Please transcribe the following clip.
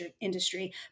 industry